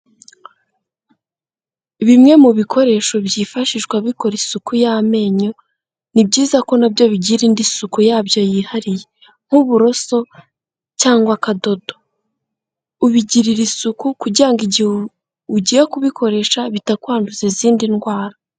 Bimwe mu bikoresho byifashishwa bikora isuku y'amenyo, ni byiza ko na byo bigira indi suku yabyo yihariye nk'uburoso cyangwa akadodo, ubigirira isuku kugira ngo igihe ugiye kubikoresha bitakwanduza izindi ndwara.